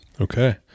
Okay